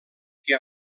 que